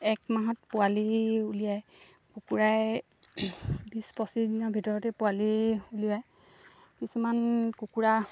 এক মাহত পোৱালি উলিয়ায় কুকুৰাই বিছ পঁচিছ দিনৰ ভিতৰতে পোৱালি উলিয়াই কিছুমান কুকুৰা